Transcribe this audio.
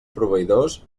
proveïdors